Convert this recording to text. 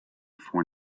for